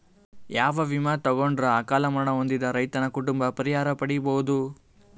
ಯಾವ ವಿಮಾ ತೊಗೊಂಡರ ಅಕಾಲ ಮರಣ ಹೊಂದಿದ ರೈತನ ಕುಟುಂಬ ಪರಿಹಾರ ಪಡಿಬಹುದು?